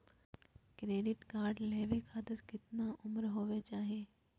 Credit card लेवे खातीर कतना उम्र होवे चाही?